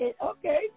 okay